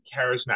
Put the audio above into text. charismatic